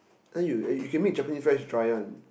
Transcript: and you you can make Japanese rice dry [one]